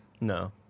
No